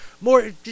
more